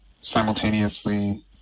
simultaneously